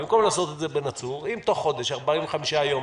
במקום לעשות את זה ---, אם תוך חודש או 45 יום,